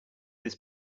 this